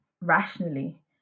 rationally